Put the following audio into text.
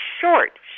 short